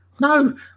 no